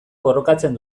borrokatzen